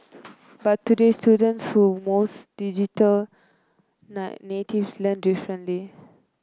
but today students who most digital native learn differently